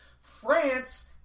France